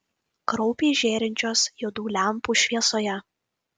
kraupiai žėrinčios juodų lempų šviesoje